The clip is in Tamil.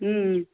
ம்ம்